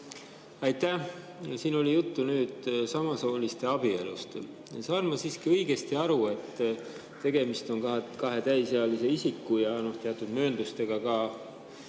Aitäh! Siin oli juttu samasooliste abielust. Saan ma ikka õigesti aru, et tegemist on kahe täisealise isiku ja teatud mööndustega ka